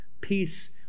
peace